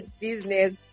business